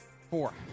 Four